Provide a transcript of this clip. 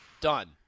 Done